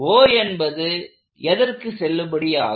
O என்பது எதற்கு செல்லுபடியாகும்